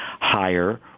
higher